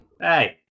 hey